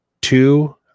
two